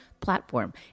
platform